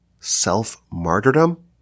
self-martyrdom